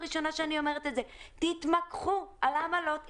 ראשונה שאני אומרת את זה תתמקחו על העמלות.